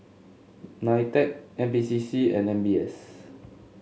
Nitec N P C C and M B S